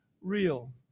real